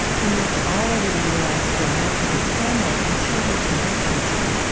he moved all over the u s. growing up with his family until he attended princeton.